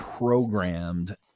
programmed